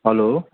hello